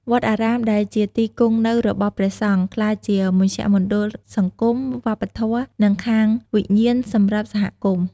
វត្តអារាមដែលជាទីគង់នៅរបស់ព្រះសង្ឃ ក្លាយជាមជ្ឈមណ្ឌលសង្គម វប្បធម៌ និងខាងវិញ្ញាណសម្រាប់សហគមន៍។